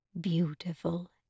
Beautiful